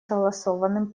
согласованным